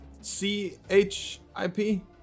c-h-i-p